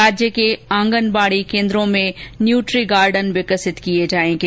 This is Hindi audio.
राज्य के आंगनबाड़ी केन्द्रों में न्यूट्री गार्डन विकसित किये जायेंगे